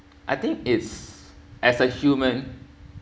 I think it's as a human